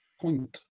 point